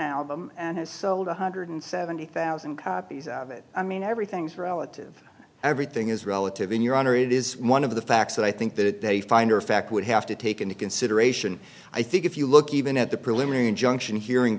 album has sold one hundred seventy thousand copies of it i mean everything's relative everything is relative in your honor it is one of the facts that i think that they find are fact would have to take into consideration i think if you look even at the preliminary injunction hearing